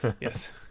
yes